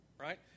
Right